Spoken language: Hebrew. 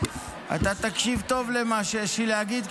אתה תקשיב טוב למה שיש לי להגיד,